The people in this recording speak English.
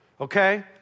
okay